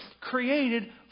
created